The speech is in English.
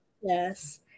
Yes